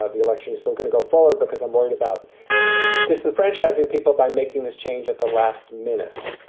ah the election is still going to go forward because i'm worried about disenfranchising people by making this change at the last minute.